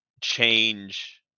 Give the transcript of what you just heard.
change